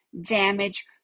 damage